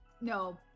No